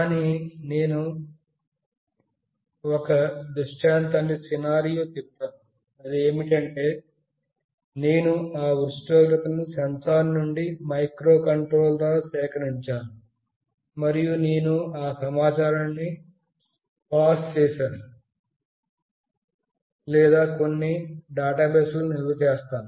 కానీ నేను ఒక దృష్టాంతాన్ని చెబుతాను అదిఏమిటంటే నేను ఆ ఉష్ణోగ్రతను సెన్సార్ నుండి మైక్రోకంట్రోలర్ ద్వారా సేకరించాను మరియు నేను ఆ సమాచారాన్ని పాస్ చేస్తాను లేదా కొన్ని డేటాబేస్లో నిల్వ చేస్తాను